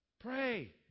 Pray